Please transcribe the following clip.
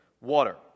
water